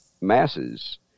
masses